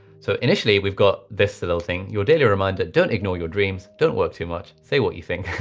so initially we've got this little thing, your daily reminder, don't ignore your dreams don't work too much, say what you think.